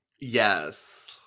Yes